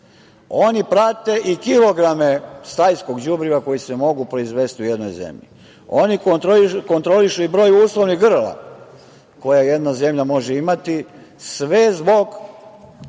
Oni prate i kilograme stajskog đubriva koji se mogu proizvesti u jednoj zemlji. Oni kontrolišu i broj uslovnih grla koje jedna zemlja može imati, sve zbog